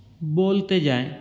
बोलते जाएँ